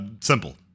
Simple